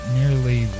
nearly